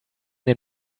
den